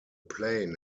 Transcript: plane